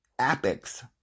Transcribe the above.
apex